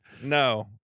No